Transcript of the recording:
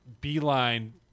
beeline